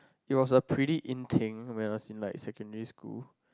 it was a pretty in thing when I was in like secondary school